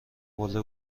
حوله